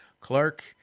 Clark